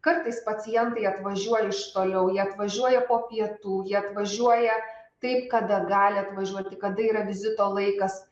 kartais pacientai atvažiuoja iš toliau jie atvažiuoja po pietų jie atvažiuoja taip kada gali atvažiuoti kada yra vizito laikas